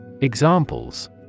Examples